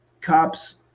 cops